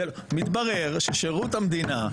מתברר שנציב שירות המדינה,